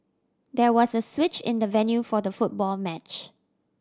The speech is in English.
there was a switch in the venue for the football match